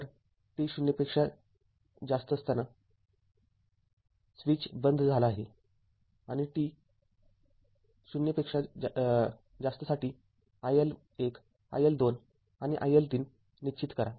तर t 0 वर switch बंद झाला आहे आणि t 0 साठी iL१ iL२ आणि iL३ निश्चित करा